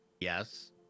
Yes